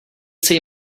say